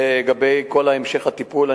לגבי המשך הטיפול,